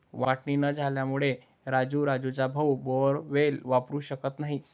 वाटणी न झाल्यामुळे राजू राजूचा भाऊ बोअरवेल वापरू शकत नाही